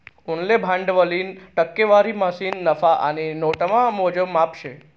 उनले भांडवलनी टक्केवारी म्हणीसन नफा आणि नोटामा मोजमाप शे